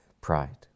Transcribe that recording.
pride